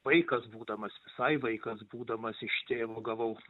vaikas būdamas visai vaikas būdamas iš tėvo gavau